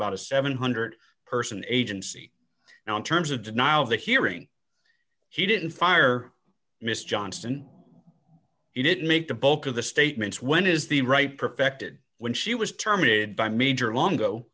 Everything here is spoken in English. about a seven hundred person agency now in terms of denial of the hearing he didn't fire mr johnston he didn't make the bulk of the statements when is the right perfected when she was terminated by major long